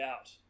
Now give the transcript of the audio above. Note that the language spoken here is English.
out